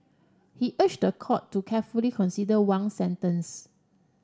he urged the court to carefully consider Wang's sentence